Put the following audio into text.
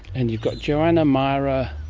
and you've got joanna, myra,